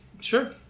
Sure